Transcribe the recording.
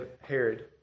Herod